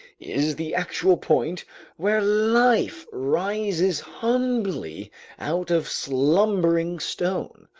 is the actual point where life rises humbly out of slumbering stone,